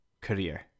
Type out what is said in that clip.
career